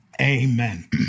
Amen